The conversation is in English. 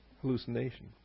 Hallucination